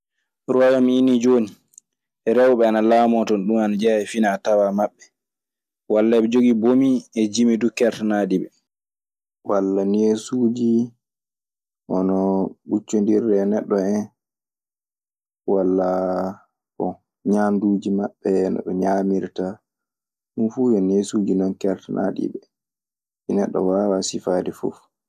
Royome uni hen joni rewɓe ana lamoo tone, ɗun ana jea e finatawa maɓe wala e ɓe jogi ɓomi e jimi keertanaaɗi ɓe. Walla neesuuji hono ɓuccondirde e neɗɗo en, walla bon, ñaanduuji maɓɓe, no ɓe ñaamirta. Ɗun fuu yo neesuuji non keertanaaɗi ɓe. Neɗɗo waawaa sifaade fof.